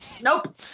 Nope